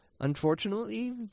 unfortunately